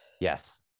Yes